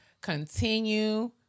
Continue